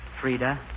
Frida